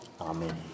amen